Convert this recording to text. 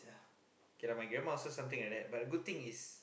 k lah my grandma also something like that but the good thing is